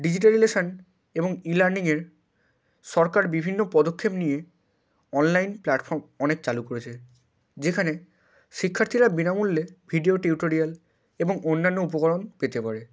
digitalization এবং e লার্নিংয়ের সরকার বিভিন্ন পদক্ষেপ নিয়ে অনলাইন প্ল্যাটফর্ম অনেক চালু করেছে যেখানে শিক্ষার্থীরা বিনামূল্যে ভিডিও টিউটোরিয়াল এবং অন্যান্য উপকরণ পেতে পারে